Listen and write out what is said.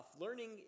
learning